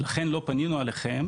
לכן לא פנינו אליכם.